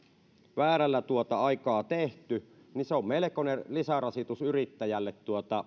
väärällä aikaa tehty niin se on melkoinen lisärasitus yrittäjälle